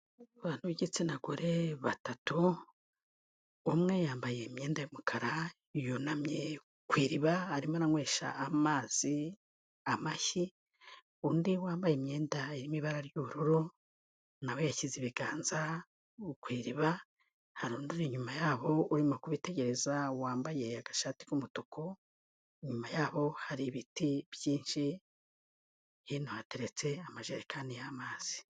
Bantu b'igitsina gore batatu, umwe yambaye imyenda y'umukara, yunamye ku iriba arimo aranywesha amazi amashyi, undi wambaye imyenda irimo ibara ry'ubururu, na we yashyize ibiganza ku iriba, hari undi uri inyuma yabo urimo kubitegereza wambaye agashati k'umutuku, inyuma yabo hari ibiti byinshi, hino hateretse amajerekani y'amazi.